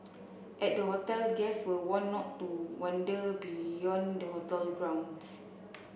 at the hotel guests were warned not to wander beyond the hotel grounds